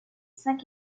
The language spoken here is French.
cinq